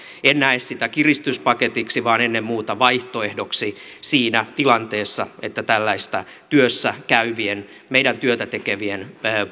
en näe sitä kiristyspaketiksi vaan ennen muuta vaihtoehdoksi siinä tilanteessa että tällaista työssä käyvien meidän työtä tekevien